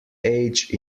age